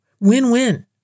Win-win